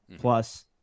plus